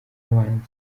abanza